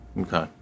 Okay